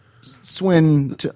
Swin